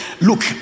look